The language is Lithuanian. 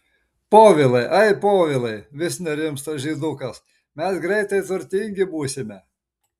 povilai ai povilai vis nerimsta žydukas mes greitai turtingi būsime